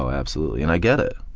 so absolutely, and i get it.